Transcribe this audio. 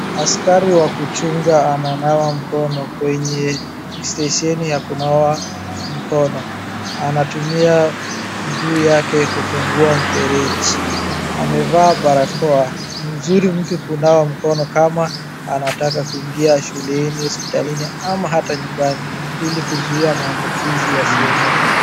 Askari wa kuchunga ananawa mkono kwenye stesheni ya kunawa mkono. Anatumia mguu yake kufungua mfereji, amevaa barakoa. Ni nzuri mtu kunawa mkono kama anataka kuingia shuleni, hospitalini ama ata nyumbani ili kuzuia maambukizi yasienee.